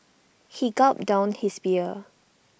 he gulped down his beer